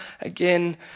again